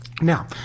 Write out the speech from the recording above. now